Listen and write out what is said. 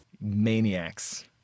Maniacs